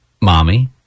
Mommy